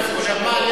חבר הכנסת שאמה,